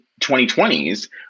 2020s